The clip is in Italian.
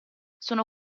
sono